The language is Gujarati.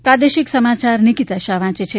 પ્રાદેશિક સમાચાર નિકીતા શાહ વાંચે છે